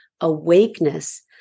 awakeness